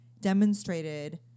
demonstrated